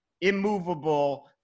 immovable